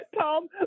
Tom